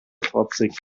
trotzig